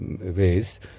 ways